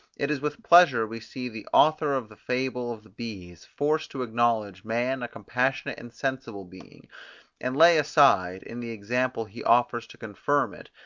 it is with pleasure we see the author of the fable of the bees, forced to acknowledge man a compassionate and sensible being and lay aside, in the example he offers to confirm it,